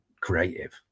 creative